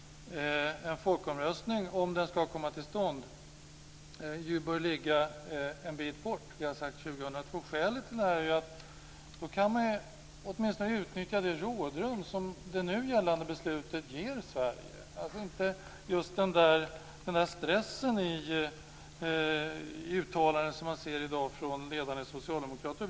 En folkomröstning bör, om den skall komma till stånd, ligga en bit bort - vi har sagt år 2002. Skälet till det är att man då kan utnyttja det rådrum som det nu gällande beslutet ger Sverige, utan sådana stressade uttalanden som man i dag ser från ledande socialdemokrater.